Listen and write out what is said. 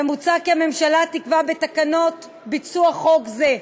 ומוצע כי הממשלה תקבע בתקנות את ביצוע חוק זה,